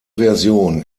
version